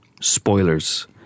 spoilers